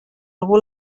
algú